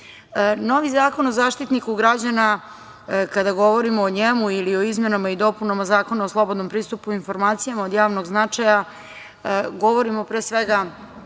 Zakon o Zaštitniku građana kada govorimo o njemu ili o izmenama i dopunama Zakona o slobodnom pristupu informacijama od javnog značaja govorimo pre svega